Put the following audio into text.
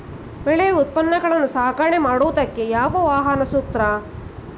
ಬೆಳೆ ಉತ್ಪನ್ನಗಳನ್ನು ಸಾಗಣೆ ಮಾಡೋದಕ್ಕೆ ಯಾವ ವಾಹನ ಸೂಕ್ತ?